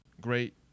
Great